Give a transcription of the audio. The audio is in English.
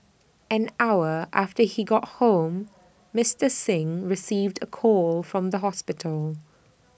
an hour after she got home Mister Singh received A call from the hospital